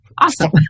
awesome